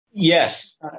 Yes